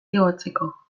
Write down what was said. igotzeko